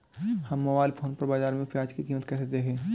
हम mobile phone पर बाज़ार में प्याज़ की कीमत कैसे देखें?